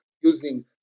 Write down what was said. using